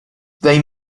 they